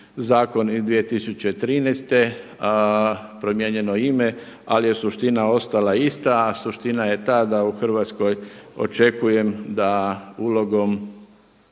zakon iz 2013., promijenjeno ime. Ali je suština ostala ista, a suština je ta da u Hrvatskoj očekujem da ulogom